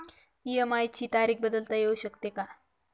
EMI ची तारीख बदलता येऊ शकते का?